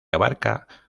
abarca